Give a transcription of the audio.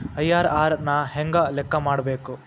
IRR ನ ಹೆಂಗ ಲೆಕ್ಕ ಮಾಡಬೇಕ?